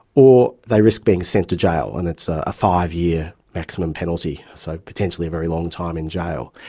or they risk being sent to jail, and it's a five-year maximum penalty. so potentially a very long time in jail.